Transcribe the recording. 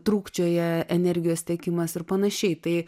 trūkčioja energijos tiekimas ir panašiai tai